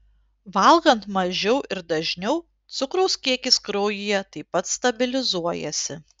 valgant mažiau ir dažniau cukraus kiekis kraujyje taip pat stabilizuojasi